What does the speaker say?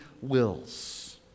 wills